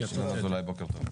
חבר הכנסת אזולאי, בוקר טוב.